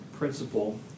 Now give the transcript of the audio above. principle